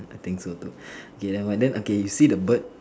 I think so too okay never mind okay you see the bird